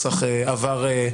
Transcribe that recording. שינויים יותר גדולים,